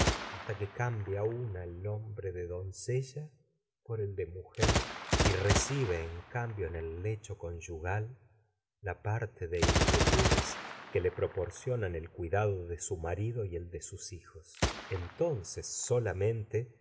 de la cambia una el nombre de doncella en por el de mujer y recibe cambio en el lecho conyu gal la parte de inquietudes que dado le proporcionan el cui de su marido y el de sus hijos entonces solamente